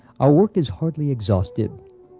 our work is hardly exhaustive.